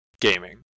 Gaming